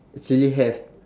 surely have